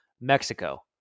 Mexico